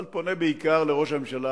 אבל פונה בעיקר אל ראש הממשלה,